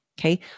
Okay